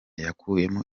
yakuyemo